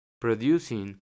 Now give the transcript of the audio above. producing